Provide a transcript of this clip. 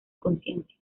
conciencia